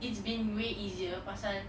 it's been way easier pasal